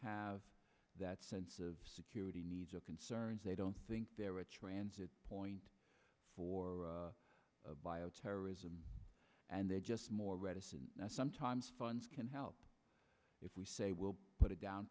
have that sense of security needs or concerns they don't think they're a transit point for bioterrorism and they're just more reticent sometimes funds can help if we say we'll put a down